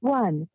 one